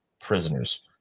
prisoners